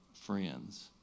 friends